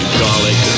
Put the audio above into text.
garlic